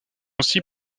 aussi